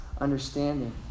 understanding